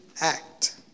act